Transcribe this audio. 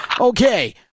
Okay